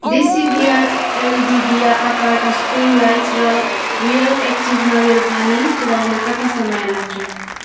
देसिडिया LED दिया आकारका string lights र रियल एक्टिभ नरिवल पानी पुऱ्याउन कति समय लाग्छ